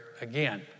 again